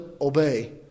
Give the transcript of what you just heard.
obey